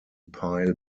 pyle